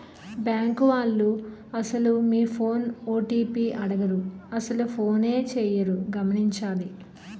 bank వాళ్లు అసలు మీ ఫోన్ ఓ.టి.పి అడగరు అసలు ఫోనే చేయరు గమనించాలి